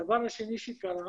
הדבר השני שקרה,